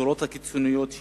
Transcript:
בצורות הקיצוניות שלה,